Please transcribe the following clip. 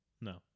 No